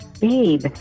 Babe